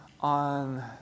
on